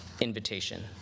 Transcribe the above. invitation